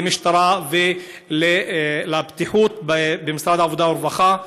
למשטרה ולבטיחות במשרד העבודה והרווחה.